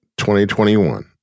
2021